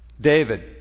David